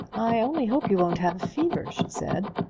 i only hope you won't have a fever, she said.